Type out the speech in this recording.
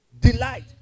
Delight